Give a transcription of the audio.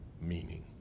meaning